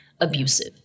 abusive